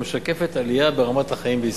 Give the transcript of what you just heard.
המשקפת עלייה ברמת החיים בישראל.